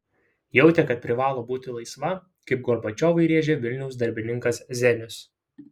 jautė kad privalo būti laisva kaip gorbačiovui rėžė vilniaus darbininkas zenius